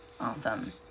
Awesome